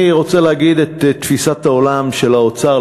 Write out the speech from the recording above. אני רוצה להגיד את תפיסת העולם של האוצר,